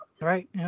right